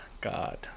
god